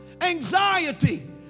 Anxiety